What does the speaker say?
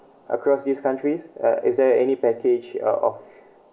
across these countries uh is there any package uh of